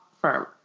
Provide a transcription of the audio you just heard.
firm